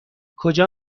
کجا